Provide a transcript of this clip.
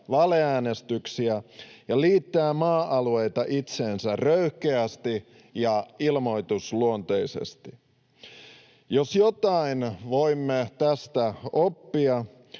valeäänestyksiä ja liittää maa-alueita itseensä röyhkeästi ja ilmoitusluonteisesti. Jos jotain voimme tästä oppia,